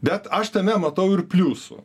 bet aš tame matau ir pliusų